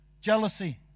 jealousy